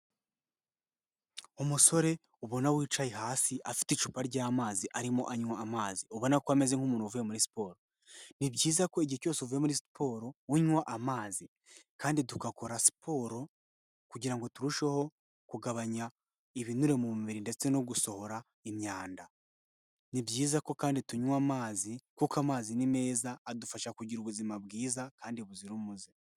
Umusore ubona wicaye hasi afite icupa ry'amazi arimo anywa amazi ubona ko ameze nk'umuntu uvuye muri siporo, ni byiza ko igihe cyose uvuye muri siporo unywa amazi kandi tugakora siporo kugira ngo turusheho kugabanya ibinure mu mubiri ndetse no gusohora imyanda, ni byiza ko kandi tunywa amazi kuko amazi ni meza adufasha kugira ubuzima bwiza kandi buzira umuze.